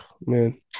man